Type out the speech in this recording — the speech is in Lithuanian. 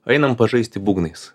ainam pažaisti būgnais